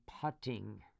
putting